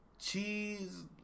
cheese